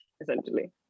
essentially